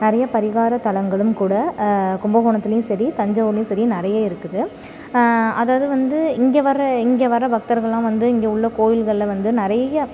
நிறைய பரிகாரத்தலங்களும் கூட கும்பகோணத்துலேயும் சரி தஞ்சாவூர்லேயும் சரி நிறைய இருக்குது அதாவது வந்து இங்கே வர்ற இங்கே வர பக்தர்கள்லாம் வந்து இங்கே உள்ள கோவில்களில் வந்து நிறைய